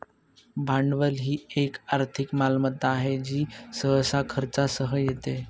भांडवल ही एक आर्थिक मालमत्ता आहे जी सहसा खर्चासह येते